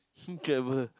travel